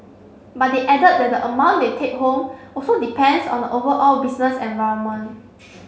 but they added that the amount they take home also depends on the overall business environment